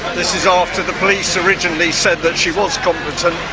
this is after the police originally said that she was competent.